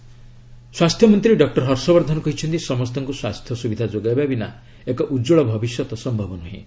ହର୍ଷବର୍ଦ୍ଧନ ସ୍ୱାସ୍ଥ୍ୟ ମନ୍ତ୍ରୀ ଡକ୍କର ହର୍ଷବର୍ଦ୍ଧନ କହିଛନ୍ତି ସମସ୍ତଙ୍କୁ ସ୍ୱାସ୍ଥ୍ୟ ସୁବିଧା ଯୋଗାଇବା ବିନା ଏକ ଉଜ୍ଜଳ ଭବିଷ୍ୟତ ସମ୍ଭବ ନୁହେଁ